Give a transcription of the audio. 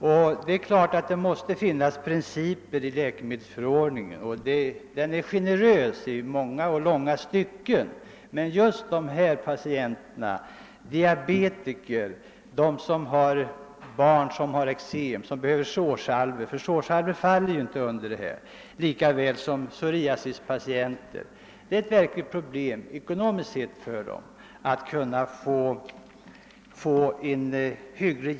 Vi måste givetvis ha vissa principer i läkemedelsförordningen, som i många och långa stycken är generös, men just för diabetikerpatienter och för föräldrar med barn som lider av eksem och därför behöver sårsalvor — som inte faller under läkemedelsförordningen — och likaså för psoriasispatienter är detta ett stort ekonomiskt problem. De behöver hjälp.